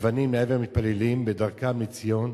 אבנים לעבר מתפללים בדרכם לציון